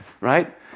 right